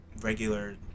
regular